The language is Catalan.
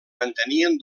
mantenien